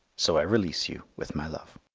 so i release you with my love.